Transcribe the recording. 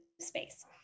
space